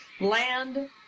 land